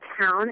town